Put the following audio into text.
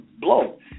blow